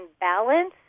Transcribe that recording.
balance